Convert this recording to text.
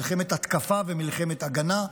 מלחמת התקפה ומלחמת הגנה,